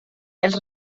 els